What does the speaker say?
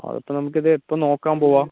അതിപ്പോൾ നമുക്കിത് എപ്പോൾ നോക്കാൻ പോവാം